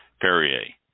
Perrier